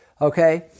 Okay